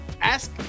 Ask